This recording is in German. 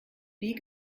wie